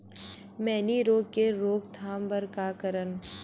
मैनी रोग के रोक थाम बर का करन?